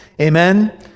Amen